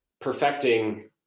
perfecting